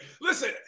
Listen